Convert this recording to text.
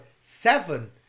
seven